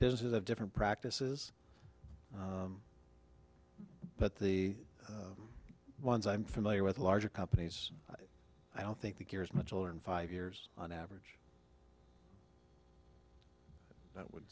businesses have different practices but the ones i'm familiar with the larger companies i don't think the cure is much older and five years on average that would